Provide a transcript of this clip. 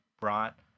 brought